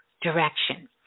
direction